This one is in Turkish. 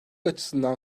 açısından